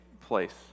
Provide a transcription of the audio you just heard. place